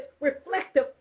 reflective